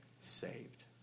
saved